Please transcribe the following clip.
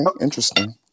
Interesting